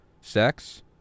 sex